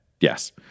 Yes